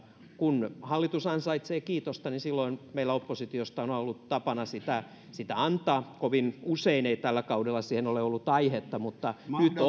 kun hallitus ansaitsee kiitosta niin silloin meillä oppositiosta on on ollut tapana sitä sitä antaa kovin usein ei tällä kaudella siihen ole ollut aihetta mutta nyt on